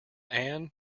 ann